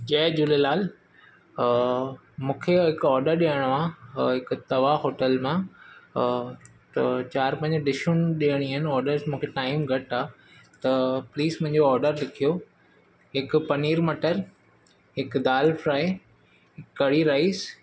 जय झूलेलाल मूंखे हिकु ऑडर ॾियणो आहे हिकु तवा होटल मां त चार पंज डिशूं ॾियणी आहिनि ऑडर्स मूंखे टाइम घटि आहे त प्लीज़ मुंहिंजो ऑडर लिखो हिकु पनीर मटर हिकु दाल फ्राय कढ़ी राइस